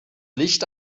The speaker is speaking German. licht